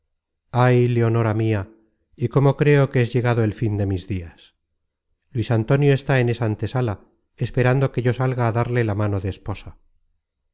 ay leonora mia y cómo creo que es llegado el fin de mis dias luis antonio está en esa antesala esperando que yo salga á darle la mano de esposa